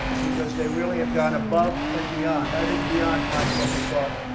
because they really have gone above and beyond i think beyond, mike, what we thought.